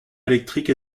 électrique